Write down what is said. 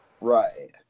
Right